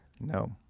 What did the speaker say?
No